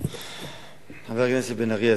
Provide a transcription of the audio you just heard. חבר הכנסת בן-ארי,